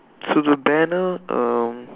so the banner um